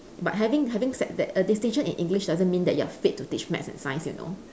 but having having said that a distinction in english doesn't mean you are fit to teach maths and science you know